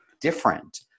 different